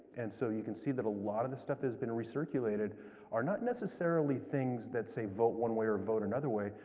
and so you can see that a lot of the stuff has been recirculated are not necessarily things that say vote one way or vote another way,